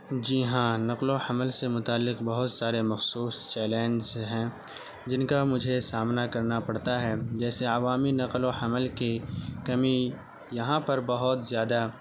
جی ہاں نقل و حمل سے متعلق بہت سارے مخصوص چیلنج ہیں جن کا مجھے سامنا کرنا پڑتا ہے جیسے عوامی نقل و حمل کے کمی یہاں پر بہت زیادہ